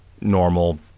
normal